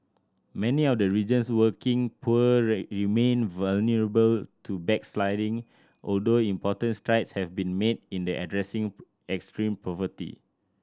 many of the region's working poor remain vulnerable to backsliding although important strides have been made in addressing extreme poverty